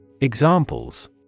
Examples